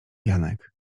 janek